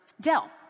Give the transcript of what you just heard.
Dell